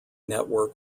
network